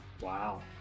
Wow